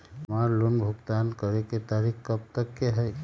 हमार लोन भुगतान करे के तारीख कब तक के हई?